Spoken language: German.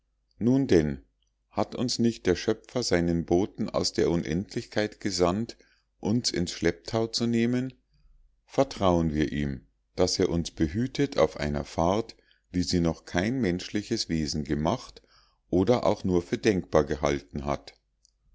nun denn hat uns nicht der schöpfer seinen boten aus der unendlichkeit gesandt uns in's schlepptau zu nehmen vertrauen wir ihm daß er uns behütet auf einer fahrt wie sie noch kein menschliches wesen gemacht oder auch nur für denkbar gehalten hat